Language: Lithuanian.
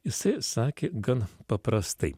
jisai sakė gan paprastai